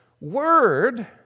word